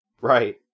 right